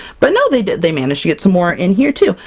but no! they did they managed to get some more in here too!